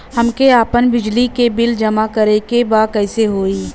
हमके आपन बिजली के बिल जमा करे के बा कैसे होई?